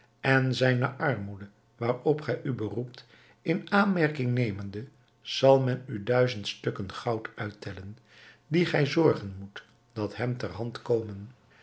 en zijne armoede waarop gij u beroept in aanmerking nemende zal men u duizend stukken goud uittellen die gij zorgen moet dat hem ter hand komen